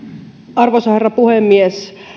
arvoisa herra puhemies